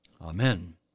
Amen